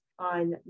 on